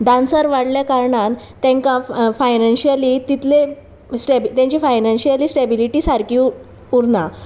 dancer वाडल्या कारणान तांकां फायनशियली तितले स्टेब तेंची फायननशियली स्टेबिलिटी सारकी उरना